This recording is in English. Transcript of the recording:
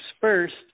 First